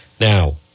Now-